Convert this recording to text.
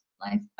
life